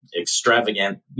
extravagant